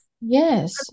Yes